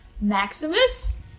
Maximus